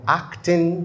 acting